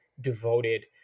devoted